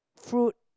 fruit